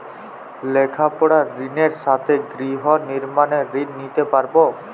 লেখাপড়ার ঋণের সাথে গৃহ নির্মাণের ঋণ নিতে পারব?